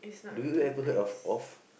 do you ever heard of off